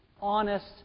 honest